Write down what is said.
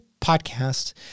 podcast